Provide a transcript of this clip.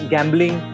Gambling